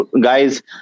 guys